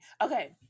okay